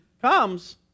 comes